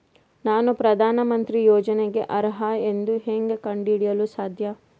ನಾನು ಪ್ರಧಾನ ಮಂತ್ರಿ ಯೋಜನೆಗೆ ಅರ್ಹ ಎಂದು ಹೆಂಗ್ ಕಂಡ ಹಿಡಿಯಲು ಸಾಧ್ಯ?